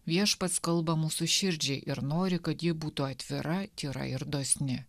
viešpats kalba mūsų širdžiai ir nori kad ji būtų atvira tyra ir dosni